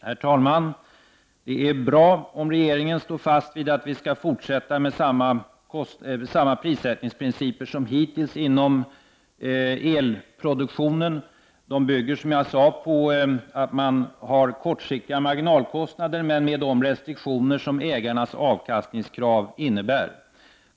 Herr talman! Det är bra om regeringen står fast vid att vi skall fortsätta med samma prissättningsprinciper som hittills inom elproduktionen. De bygger, som jag sade, på att man har kortsiktiga marginalkostnader, men med de restriktioner som ägarnas avkastningskrav innebär.